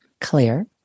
clear